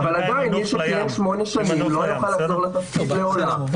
אבל עדיין מי שכיהן שמונה שנים לא יוכל לחזור לתפקיד לעולם.